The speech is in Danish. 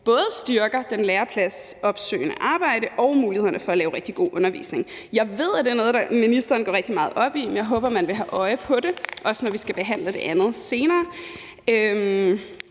både styrker det lærepladsopsøgende arbejde og mulighederne for at lave rigtig god undervisning. Jeg ved, at det er noget, ministeren går rigtig meget op i, men jeg håber, at man vil have øje for det, også når vi skal behandle det andet senere,